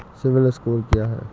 CIBIL score क्या है?